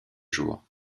jours